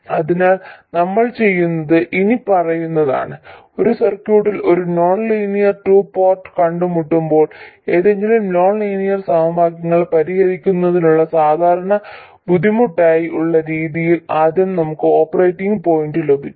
അതിനാൽ നമ്മൾ ചെയ്യുന്നത് ഇനിപ്പറയുന്നതാണ് ഒരു സർക്യൂട്ടിൽ ഒരു നോൺ ലീനിയർ ടു പോർട്ട് കണ്ടുമുട്ടുമ്പോൾ ഏതെങ്കിലും നോൺ ലീനിയർ സമവാക്യങ്ങൾ പരിഹരിക്കുന്നതിനുള്ള സാധാരണ ബുദ്ധിമുട്ടായി ഉള്ള രീതിയിൽ ആദ്യം നമുക്ക് ഓപ്പറേറ്റിംഗ് പോയിന്റ് ലഭിക്കും